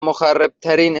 مخربترین